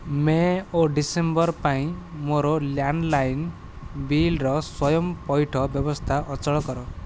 ମେ ଓ ଡିସେମ୍ବର ପାଇଁ ମୋର ଲ୍ୟାଣ୍ଡ ଲାଇନ୍ ବିଲ୍ର ସ୍ଵୟଂ ପଇଠ ବ୍ୟବସ୍ଥା ଅଚଳ କର